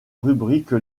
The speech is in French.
rubrique